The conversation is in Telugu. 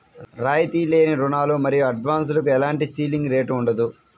రాయితీ లేని రుణాలు మరియు అడ్వాన్సులకు ఎలాంటి సీలింగ్ రేటు ఉండదు